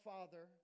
Father